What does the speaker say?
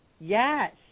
yes